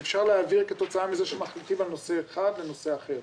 ואפשר להבין כתוצאה מזה שמחליטים על נושא אחד לנושא אחר.